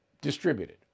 distributed